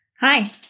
Hi